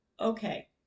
okay